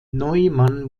neumann